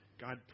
God